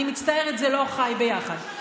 אני מצטערת, זה לא חי ביחד.